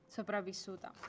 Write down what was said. Sopravvissuta